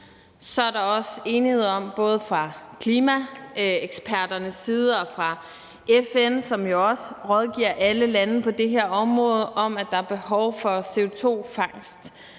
er der også enighed, både fra klimaeksperternes side og fra FN, som jo også rådgiver alle lande på det her område, om, at der er behov for CO2-fangst,